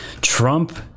Trump